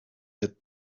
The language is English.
had